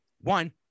one